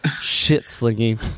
shit-slinging